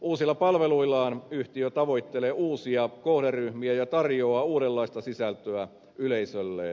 uusilla palveluillaan yhtiö tavoittelee uusia kohderyhmiä ja tarjoaa uudenlaista sisältöä yleisölleen